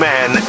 Man